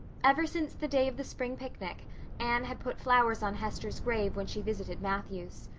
ever since the day of the spring picnic anne had put flowers on hester's grave when she visited matthew's.